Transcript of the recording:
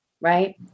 right